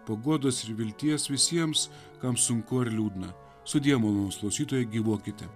paguodos ir vilties visiems kam sunku ar liūdna sudie mūsų klausytojai gyvuokite